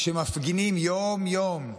שמפגינים יום-יום,